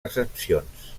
accepcions